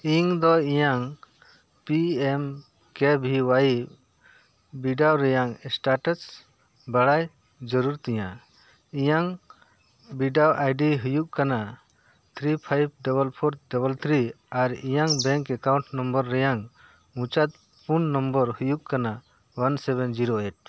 ᱤᱧᱫᱚ ᱤᱧᱟᱹᱝ P M ᱠᱮ ᱵᱷᱤ ᱚᱣᱟᱭ ᱵᱤᱰᱟᱹᱣ ᱨᱮᱭᱟᱜ ᱥᱴᱮᱴᱟᱥ ᱵᱟᱲᱟᱭ ᱡᱟᱹᱨᱩᱲ ᱛᱤᱧᱟ ᱤᱧᱟᱹᱝ ᱵᱤᱰᱟᱹᱣ ᱟᱭᱰᱤ ᱦᱩᱭᱩᱜ ᱠᱟᱱᱟ three five double four double three ᱟᱨ ᱤᱧᱟᱹᱝ ᱵᱮᱝᱠ ᱮᱠᱟᱣᱩᱱᱴ ᱱᱚᱢᱵᱚᱨ ᱨᱮᱭᱟᱝ ᱢᱩᱪᱟᱹᱫ ᱯᱩᱱ ᱱᱚᱢᱵᱚᱨ ᱦᱩᱭᱩᱜ ᱠᱟᱱᱟ ᱚᱣᱟᱱ ᱥᱮᱵᱷᱮᱱ ᱡᱤᱨᱳ ᱮᱭᱤᱴ